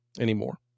anymore